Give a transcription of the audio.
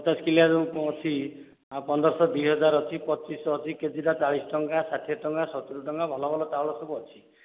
ପଚାଶ କିଗ୍ରା ଯେଉଁ ଅଛି ଆଉ ପନ୍ଦରଶହ ଦୁଇ ହଜାର ଅଛି ପଚିଶ ଶହ ଅଛି କିଗ୍ରା ଟା ଚାଳିଶ ଟଙ୍କା ଷାଠିଏ ଟଙ୍କା ସତୁରି ଟଙ୍କା ଭଲ ଭଲ ଚାଉଳ ସବୁ ଅଛି